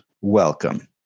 Welcome